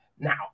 Now